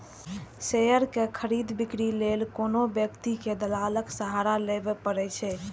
share के खरीद, बिक्री लेल कोनो व्यक्ति कें दलालक सहारा लेबैए पड़ै छै